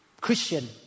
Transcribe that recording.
Christian